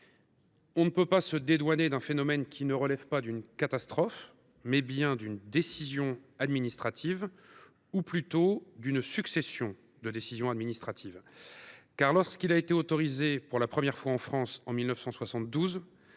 On ne peut pas se dédouaner d’un phénomène qui relève non pas d’une catastrophe naturelle, mais bien d’une décision administrative, ou plutôt d’une succession de telles décisions. En effet, lorsqu’il a été autorisé pour la première fois en France en 1972,